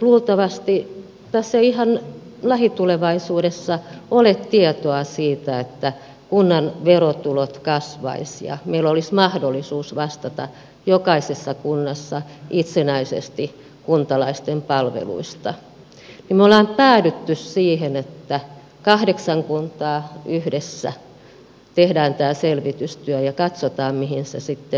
luultavasti tässä ei ihan lähitulevaisuudessa ole tietoa siitä että kunnan verotulot kasvaisivat ja meillä olisi mahdollisuus vastata jokaisessa kunnassa itsenäisesti kuntalaisten palveluista niin me olemme päätyneet siihen että kahdeksan kuntaa yhdessä teemme tämän selvitystyön ja katsomme mihin se sitten johtaa